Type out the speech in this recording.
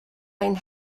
ein